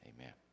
amen